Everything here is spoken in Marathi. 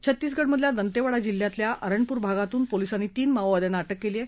छत्तीसगडमधल्या दंतेवाडा जिल्ह्यातल्या अरणपूर भागातून पोलिसांनी तीन माओवाद्यांना अटक केली आहे